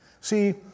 See